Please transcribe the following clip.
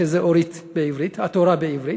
שזה אורית, התורה בעברית,